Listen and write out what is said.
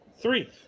three